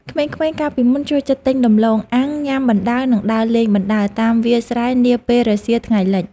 ក្មេងៗកាលពីមុនចូលចិត្តទិញដំឡូងអាំងញ៉ាំបណ្តើរនិងដើរលេងបណ្តើរតាមវាលស្រែនាពេលរសៀលថ្ងៃលិច។